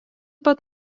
pat